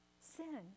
sin